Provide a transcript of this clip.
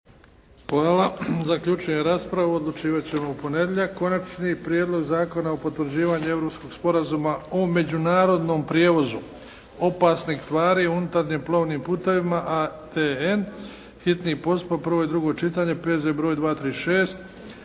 Zaključujem raspravu. Odlučivati ćemo u ponedjeljak. **Bebić, Luka (HDZ)** Konačni prijedlog zakona o potvrđivanju Europskog sporazuma o međunarodnom prijevozu opasnih tvari unutarnjim plovnim putovima ADN, hitni postupak, prvo i drugo čitanje, P.Z.E. br. 236.